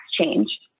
change